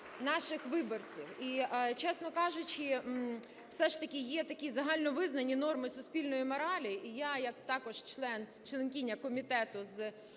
наших виборців. І, чесно кажучи, все ж таки є такі загальновизнані норми суспільної моралі. І я є також член… членкиня Комітету з